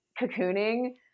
cocooning